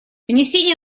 внесение